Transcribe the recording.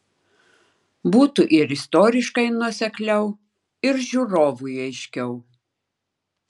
būtų ir istoriškai nuosekliau ir žiūrovui aiškiau